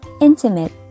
Intimate